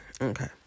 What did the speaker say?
Okay